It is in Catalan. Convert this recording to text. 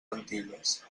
antigues